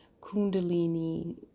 kundalini